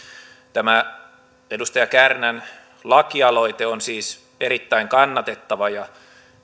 tämä edustaja kärnän lakialoite on siis erittäin kannatettava ja